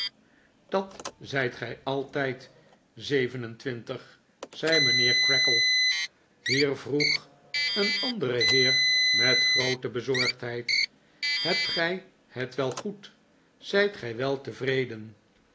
dat zijt gij altijd zeven en twintig zei mijnheer creakle hier vroeg een andere heer met groote bezorgdheid hebt gij het wel goed zijt ge wel tevreden